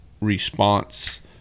response